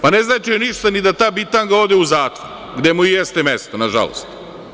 Pa ne znači joj ništa ni da ta bitanga ode u zatvor, gde mu i jeste mesto, na žalost.